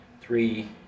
three